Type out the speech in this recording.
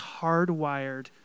hardwired